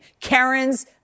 Karens